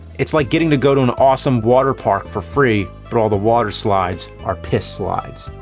it's like getting to go to an awesome water park for free, but all the water slides are piss slides.